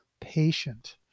patient